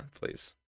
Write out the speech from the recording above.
please